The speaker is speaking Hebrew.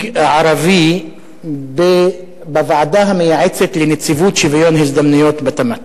ערבי בוועדה המייעצת לנציבות לשוויון הזדמנויות בתמ"ת.